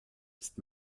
ist